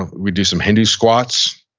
ah we'd do some hindu squats,